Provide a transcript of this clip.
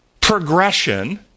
progression